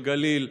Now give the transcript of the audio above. בגליל,